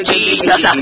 Jesus